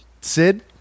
Sid